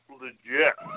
legit